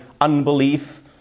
unbelief